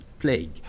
Plague